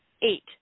eight